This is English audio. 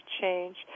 change